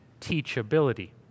teachability